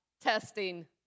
testing